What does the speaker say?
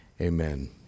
Amen